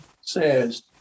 says